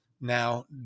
Now